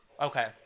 Okay